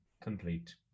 complete